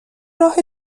راه